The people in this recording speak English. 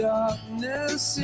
darkness